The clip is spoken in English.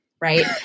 right